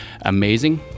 amazing